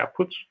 outputs